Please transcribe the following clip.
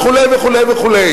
וכו' וכו' וכו',